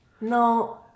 No